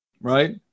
right